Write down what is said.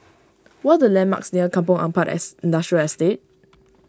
what the landmarks near Kampong Ampat Industrial Estate